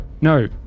No